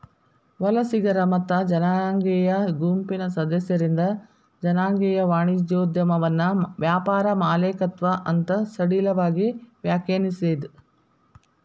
ವಲಸಿಗರ ಮತ್ತ ಜನಾಂಗೇಯ ಗುಂಪಿನ್ ಸದಸ್ಯರಿಂದ್ ಜನಾಂಗೇಯ ವಾಣಿಜ್ಯೋದ್ಯಮವನ್ನ ವ್ಯಾಪಾರ ಮಾಲೇಕತ್ವ ಅಂತ್ ಸಡಿಲವಾಗಿ ವ್ಯಾಖ್ಯಾನಿಸೇದ್